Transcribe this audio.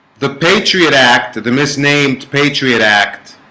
the patriot act that the miss named patriot act